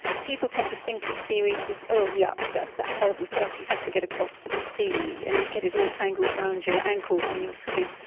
people tend to think of seaweeds as, oh yuck, that's that horrible stuff you have to get across to the sea, and you get it all tangled around your ankles when you're swimming,